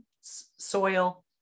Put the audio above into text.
soil